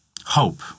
Hope